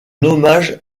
hommage